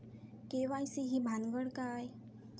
KYC ही भानगड काय?